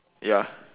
ya